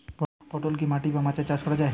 পটল কি মাটি বা মাচায় চাষ করা ভালো?